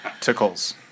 Tickles